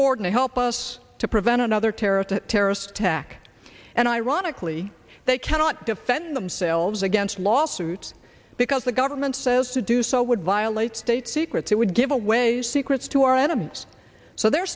forward and help us to prevent another terrorist terrorist attack and ironically they cannot defend themselves against lawsuits because the government says to do so would violate state secrets that would give away secrets to our enemies so they're